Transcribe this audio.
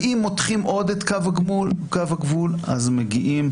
ואם מותחים עוד את קו הגבול אז מגיעים